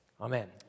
Amen